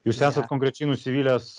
jūs esat konkrečiai nusivylęs